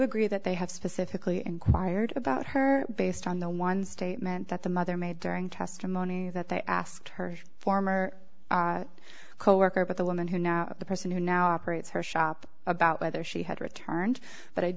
agree that they have specifically inquired about her based on the one statement that the mother made during testimony that they asked her former co worker but the woman who now the person who now operates her shop about whether she had returned but i